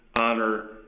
honor